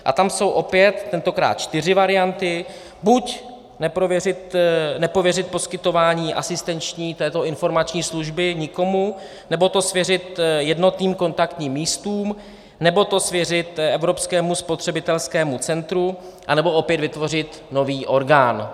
A tam jsou opět tentokrát čtyři varianty: Buď nepověřit poskytování asistenční, této informační služby nikomu, nebo to svěřit jednotným kontaktním místům, nebo to svěřit Evropskému spotřebitelskému centru, anebo opět vytvořit nový orgán.